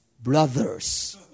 brothers